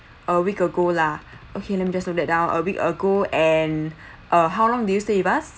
a week ago lah okay let me just note that down a week ago and uh how long did you stay with us